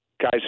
guys